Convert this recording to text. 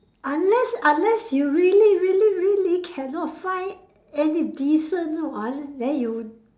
unless unless you really really really cannot find any decent one then you